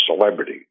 celebrity